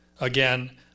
Again